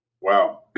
Wow